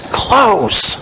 close